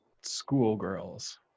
schoolgirls